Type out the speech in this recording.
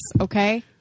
okay